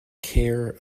care